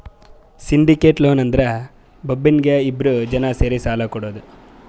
syndicated loan ಅಂದುರ್ ಒಬ್ನೀಗಿ ಇಬ್ರು ಜನಾ ಸೇರಿ ಸಾಲಾ ಕೊಡೋದು